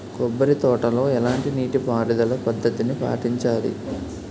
కొబ్బరి తోటలో ఎలాంటి నీటి పారుదల పద్ధతిని పాటించాలి?